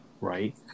right